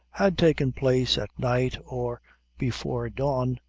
had taken place at night or before dawn,